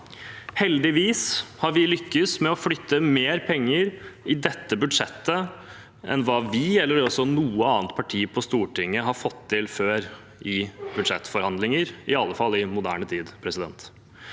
Heldigvis har vi lykkes med å flytte mer penger i dette budsjettet enn hva vi – eller noe annet parti på Stortinget – har fått til før i budsjettforhandlinger, i alle fall i moderne tid. Endelig